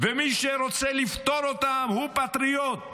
ומי שרוצה לפטור אותם הוא פטריוט.